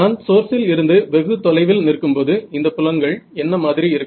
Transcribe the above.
நான் சோர்சில் இருந்து வெகுதொலைவில் நிற்கும்போது இந்தப் புலங்கள் என்ன மாதிரி இருக்கும்